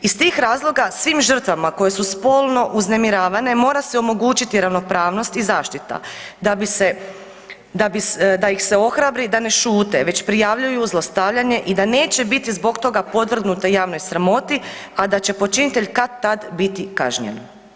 IZ tih razloga, svim žrtvama koje su spolno uznemiravane mora se omogućiti ravnopravnost i zaštita da ih se ohrabri da ne šute već prijavljuju zlostavljanje i da neće biti zbog toga podvrgnute javnoj sramoti a da će počinitelj kad-tad biti kažnjen.